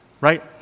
right